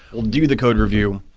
will do the code review,